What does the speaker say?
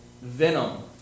venom